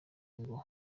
ngo